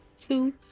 two